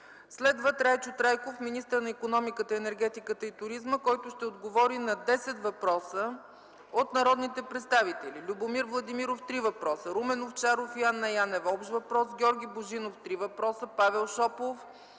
Следва Трайчо Трайков – министър на икономиката, енергетиката и туризма, който ще отговори на десет въпроса от народните представители: Любомир Владимиров – три въпроса, Румен Овчаров и Анна Янева – общ въпрос, Георги Божинов – три въпроса, Павел Шопов,